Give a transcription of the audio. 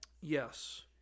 Yes